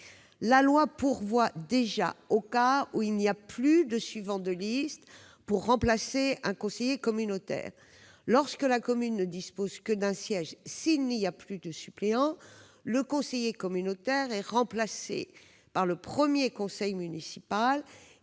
La loi pourvoit déjà au cas où il n'y a plus de suivant de liste pour remplacer un conseiller communautaire. Lorsque la commune ne dispose que d'un siège et s'il n'y a plus de suppléant, le conseiller communautaire est remplacé par le premier conseiller municipal